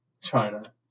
China